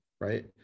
right